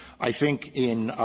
i think in